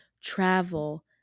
travel